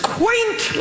quaint